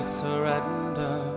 surrender